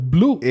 Blue